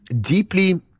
deeply